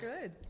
good